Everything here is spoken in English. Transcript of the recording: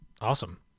Awesome